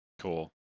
cool